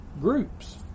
groups